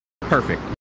perfect